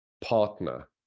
partner